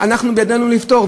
בידינו לפתור,